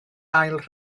ail